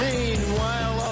Meanwhile